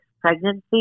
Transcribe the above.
pregnancy